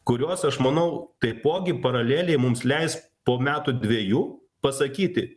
kurios aš manau taipogi paraleliai mums leis po metų dvejų pasakyti